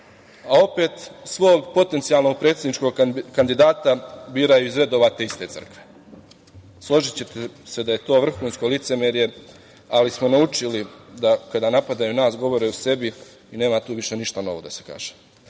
Opet, svog potencijalnog predsedničkog kandidata biraju iz redova te iste crkve. Složićete se da je to vrhunsko licemerje, ali smo naučili da kada napadaju nas, govore o sebi, nema tu ništa novo da se kaže. Mogao